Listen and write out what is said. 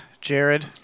Jared